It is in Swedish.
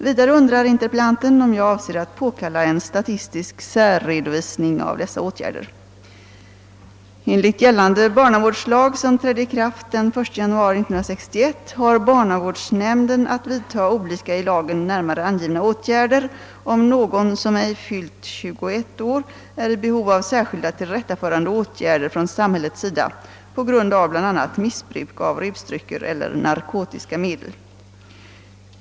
Vidare undrar interpellanten, om jag avser att påkalla en statistisk särredovisning av dessa åtgärder. barnavårdsnämnden att vidta olika i lagen närmare angivna åtgärder, om någon som ej fyllt 21 år är i behov av särskilda tillrättaförande åtgärder från samhällets sida på grund av bl.a. missbruk av rusdrycker eller narkotiska medel.